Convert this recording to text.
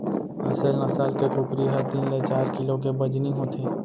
असेल नसल के कुकरी ह तीन ले चार किलो के बजनी होथे